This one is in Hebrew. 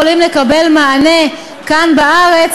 שראו שהם לא יכולים לקבל מענה כאן בארץ,